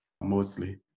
mostly